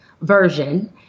version